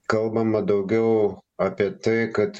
kalbama daugiau apie tai kad